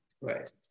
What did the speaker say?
right